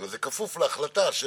להפך,